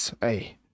hey